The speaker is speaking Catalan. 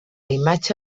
imatge